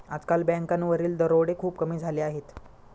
आजकाल बँकांवरील दरोडे खूप कमी झाले आहेत